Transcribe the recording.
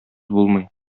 булмый